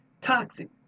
toxic